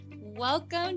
Welcome